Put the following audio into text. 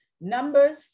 Numbers